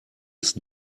ist